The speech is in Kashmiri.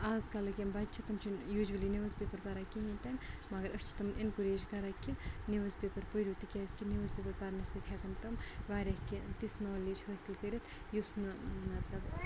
اَزکَلٕکۍ یِم بَچہِ چھِ تِم چھِنہٕ یوٗجؤلی نِوٕز پیپَر پَران کِہیٖنۍ تہِ نہٕ مگر أسۍ چھِ تِمَن ایٚنکوٚریج کَران کہِ نِوٕز پیپَر پٔرِو تِکیٛاز کہِ نِوٕز پیپَر پرَنہٕ سۭتۍ ہیٚکَن تِم واریاہ کینٛہہ تِژھ نالیج حٲصِل کٔرِتھ یُس نہٕ مطلب